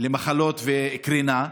למחלות וקרינה.